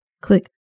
Click